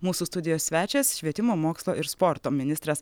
mūsų studijos svečias švietimo mokslo ir sporto ministras